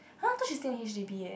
!huh! I thought she stay in H_D_B eh